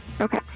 Okay